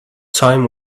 time